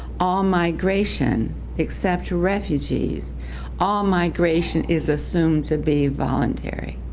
all migration except refugees all migration is assumed to be voluntary.